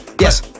Yes